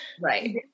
Right